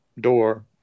door